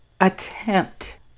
attempt